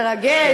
כי זה מרגש,